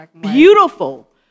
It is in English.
beautiful